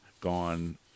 gone